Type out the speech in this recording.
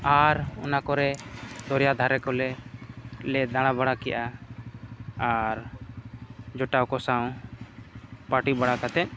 ᱟᱨ ᱚᱱᱟ ᱠᱚᱨᱮ ᱫᱚᱨᱭᱟ ᱫᱷᱟᱨᱮ ᱠᱚᱞᱮ ᱫᱟᱬᱟ ᱵᱟᱲᱟ ᱠᱮᱜᱼᱟ ᱟᱨ ᱡᱚᱴᱟᱣ ᱠᱚ ᱥᱟᱶ ᱯᱟᱨᱴᱤ ᱵᱟᱲᱟ ᱠᱟᱛᱮᱫ